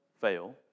fail